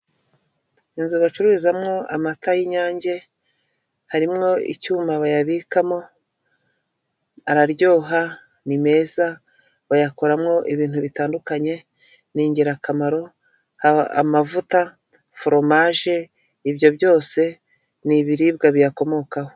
Inzu bacururizamowo amata y'Inyange, harimwo icyuma bayabikamo, araryoha, ni meza, bayakoramo ibintu bitandukanye ni ingirakamaro, haba amavuta, foromaje, ibyo byose ni ibiriribwa biyakomokaho.